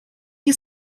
nie